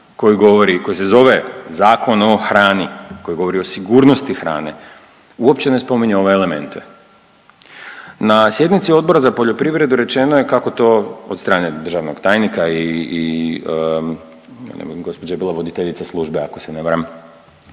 koji se zove Zakon o hrani, koji govori o sigurnosti hrane, uopće ne spominje ove elemente? Na sjednici Odbora za poljoprivredu rečeno je kako to od strane državnog tajnika i gđa. je bila voditeljica službe, ako se ne varam,